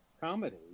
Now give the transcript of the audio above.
comedy